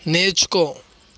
నేర్చుకో